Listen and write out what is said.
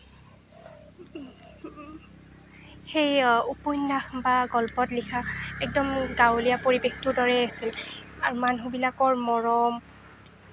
সেই উপন্যাস বা গল্পত লিখা একদম গাঁৱলীয়া পৰিৱেশটোৰ দৰেই আছিল আৰু মানুহবিলাকৰ মৰম